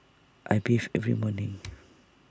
I bathe every morning